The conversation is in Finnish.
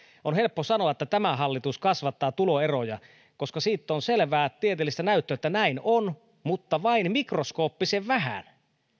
on helppo sanoa että tämä hallitus kasvattaa tuloeroja koska siitä on selvää tieteellistä näyttöä että näin on mutta vain mikroskooppisen vähän